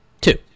Two